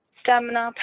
stamina